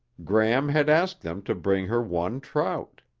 gram had asked them to bring her one trout.